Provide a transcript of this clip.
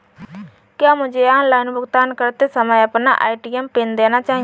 क्या मुझे ऑनलाइन भुगतान करते समय अपना ए.टी.एम पिन देना चाहिए?